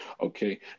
Okay